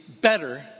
better